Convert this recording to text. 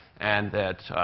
and that,